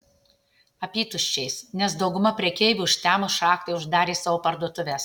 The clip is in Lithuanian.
apytuščiais nes dauguma prekeivių užtemus šachtai uždarė savo parduotuves